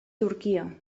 turquia